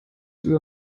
über